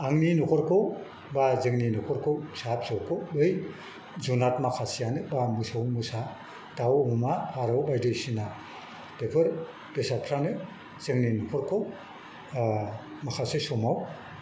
आंनि न'खरखौ बा जोंनि न'खरखौ फिसा फिसौखौ बै जुनार माखासेयानो बा मोसौ मोसा दाउ अमा फारौ बायदिसिना बेफोर बेसादफ्रानो जोंनि न'खरखौ माखासे समाव